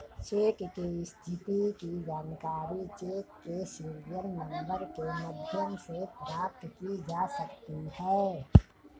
check की स्थिति की जानकारी चेक के सीरियल नंबर के माध्यम से प्राप्त की जा सकती है